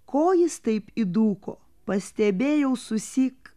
ko jis taip įdūko pastebėjau susyk